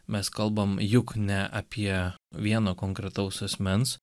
mes kalbam juk ne apie vieno konkretaus asmens